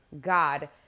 God